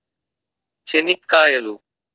చెనిక్కాయలు